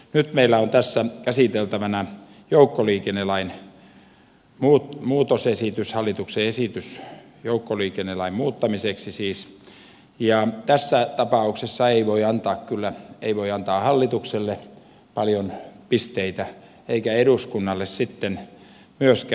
nyt meillä on tässä käsiteltävänä hallituksen esitys joukkoliikennelain muuttamiseksi ja tässä tapauksessa ei voi kyllä antaa hallitukselle paljon pisteitä eikä eduskunnalle sitten myöskään